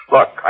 Look